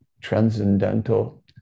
transcendental